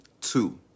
Two